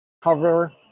Cover